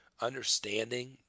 understanding